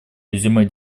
резюме